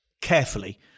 carefully